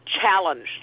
challenged